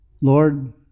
Lord